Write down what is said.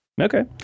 Okay